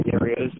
areas